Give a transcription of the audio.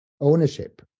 ownership